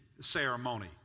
ceremony